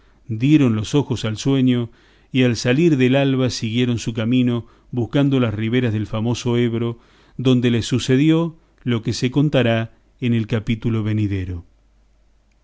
dieron los ojos al sueño y al salir del alba siguieron su camino buscando las riberas del famoso ebro donde les sucedió lo que se contará en el capítulo venidero